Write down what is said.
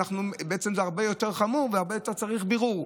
בעצם זה הרבה יותר חמור וצריך בירור.